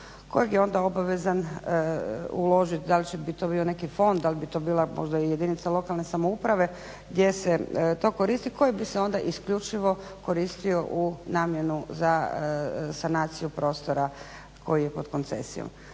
kojeg je onda obavezan uložit. Dal će bit to bio neki fond, dal bi to bila možda i jedinica lokalne samouprave gdje se to koristi koje bi se onda isključivo koristio u namjenu za sanaciju prostora koji je pod koncesijom.